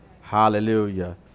Hallelujah